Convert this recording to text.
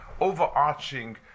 overarching